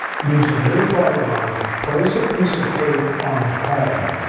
using your firearm place a piece of tape on the comb.